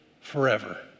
forever